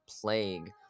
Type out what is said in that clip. plague